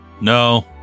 No